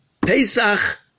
Pesach